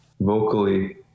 vocally